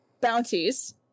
bounties